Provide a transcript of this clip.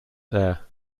there